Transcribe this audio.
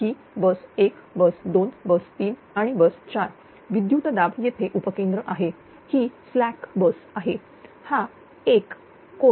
ही bus bus bus bus 4 विद्युतदाब येथे उपकेंद्र आहे ही स्लॅक बस आहेहा1∠0°V2V3V4